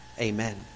Amen